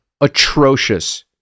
atrocious